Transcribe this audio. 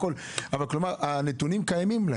אבל הנתונים קיימים.